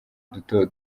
duto